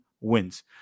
wins